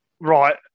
Right